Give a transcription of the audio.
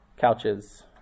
couches